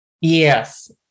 Yes